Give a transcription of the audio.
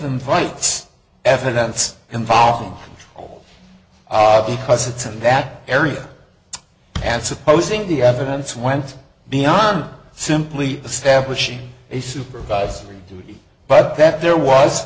flights evidence involving all because it's in that area and supposing the evidence went beyond simply establishing a supervisory duty but that there was